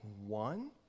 one